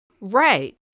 Right